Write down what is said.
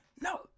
no